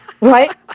Right